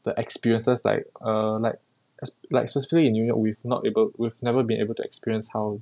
the experiences like err like like specifically in new york we've not able we've never been able to experience how